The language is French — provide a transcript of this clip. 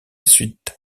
suite